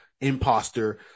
imposter